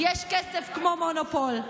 יש כסף כמו מונופול,